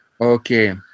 Okay